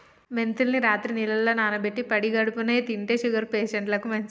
మెంతుల్ని రాత్రి నీళ్లల్ల నానబెట్టి పడిగడుపున్నె తింటే షుగర్ పేషంట్లకు మంచిది